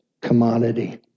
commodity